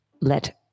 let –